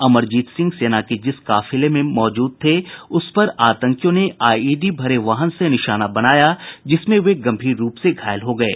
अमरजीत सिंह सेना के जिस काफिले में मौजूद थे उस पर आतंकियों ने आईईडी भरे वाहन से निशाना बनाया जिसमें वे गम्भीर रूप से घायल हो गये